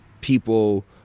people